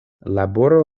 laboro